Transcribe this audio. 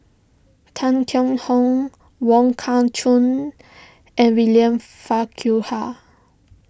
Tan Kheam Hock Wong Kah Chun and William Farquhar